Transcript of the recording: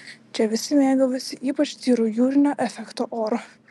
čia visi mėgavosi ypač tyru jūrinio efekto oru